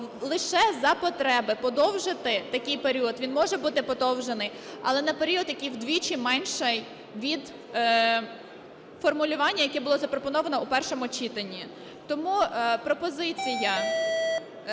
лише за потреби подовжити такий період, він може бути подовжений, але на період, який вдвічі менший від формулювання, яке було запропоновано у першому читанні. Тому пропозиція